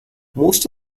most